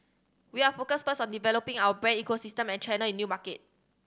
we are focused birds on developing our brand ecosystem and channel in new market